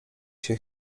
się